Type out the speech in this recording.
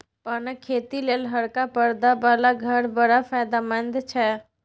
पानक खेती लेल हरका परदा बला घर बड़ फायदामंद छै